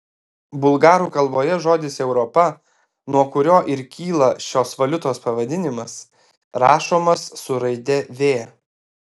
bulgarų kalboje žodis europa nuo kurio ir kyla šios valiutos pavadinimas rašomas su raide v